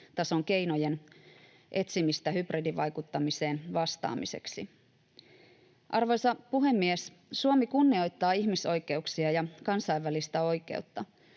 EU-tason keinojen etsimistä hybridivaikuttamiseen vastaamiseksi. Arvoisa puhemies! Suomi kunnioittaa ihmisoikeuksia ja kansainvälistä oikeutta,